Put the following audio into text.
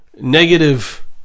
negative